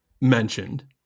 mentioned